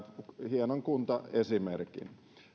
hienon kuntaesimerkin